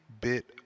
bit